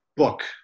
book